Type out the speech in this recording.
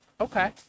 okay